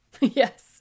Yes